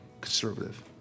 conservative